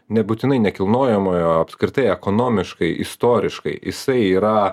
nebūtinai nekilnojamojo apskritai ekonomiškai istoriškai jisai yra